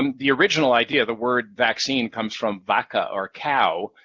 um the original idea, the word vaccine, comes from vaca, or cow.